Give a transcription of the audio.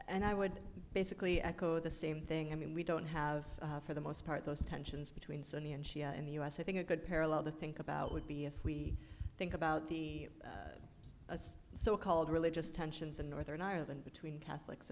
and i would basically echo the same thing i mean we don't have for the most part those tensions between sunni and shia and the us i think a good parallel to think about would be if we think about the so called religious tensions in northern ireland between catholics